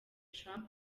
trump